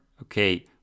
okay